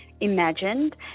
imagined